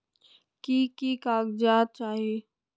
की की कागज़ात चाही?